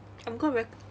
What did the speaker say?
I'm going to rec~